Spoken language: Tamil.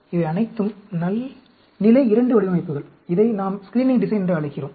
இவை அனைத்தும் நிலை 2 வடிவமைப்புகள் இதை நாம் ஸ்கிரீனிங் டிசைன் என்று அழைக்கிறோம்